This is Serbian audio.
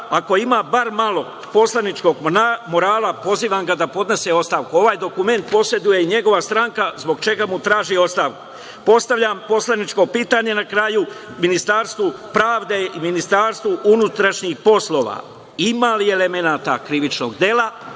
Ako ima bar malo poslaničkog morala, pozivam ga da podnese ostavku. Ovaj dokument poseduje i njegova stranka, zbog čega mu traži ostavku. Na kraju, postavljam poslaničko pitanje Ministarstvu pravde i Ministarstvu unutrašnjih poslova – ima li elemenata krivičnog dela